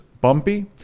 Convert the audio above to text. bumpy